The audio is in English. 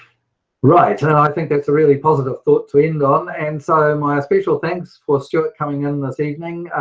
right, and and i think that's a really positive thought to end on. and so, my special thanks for stuart coming in this evening.